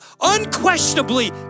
unquestionably